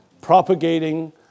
propagating